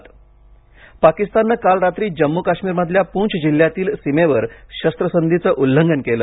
पाक ठार पाकिस्नाने काल रात्री जम्मू काश्मीर मधल्या पूंछ जिल्ह्यातील सीमेवर शस्त्रसंधीचे उल्लंघन केले